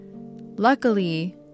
Luckily